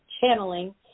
channeling